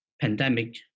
pandemic